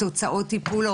תוצאות טיפול,